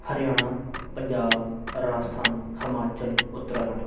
Haryana Punjab Rajasthan Himachal Uttarakhand